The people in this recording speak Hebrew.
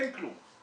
אין כלום.